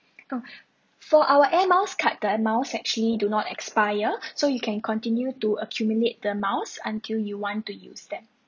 oh for our air miles card the air miles actually do not expire so you can continue to accumulate the miles until you want to use them